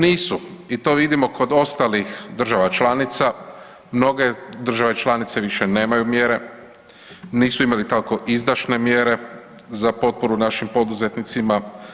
Nisu i to vidimo kod ostalih država članica, mnoge države članice više nemaju mjere, nisu imali toliko izdašne mjere za potporu našim poduzetnicima.